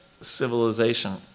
civilization